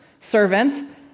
servant